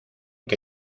que